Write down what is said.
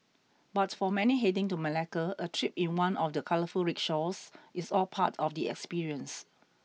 but for many heading to Malacca a trip in one of the colourful rickshaws is all part of the experience